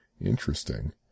Interesting